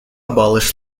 abolish